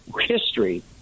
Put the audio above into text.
history